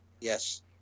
Yes